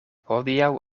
hodiaŭ